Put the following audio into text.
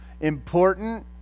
important